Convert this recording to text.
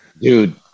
Dude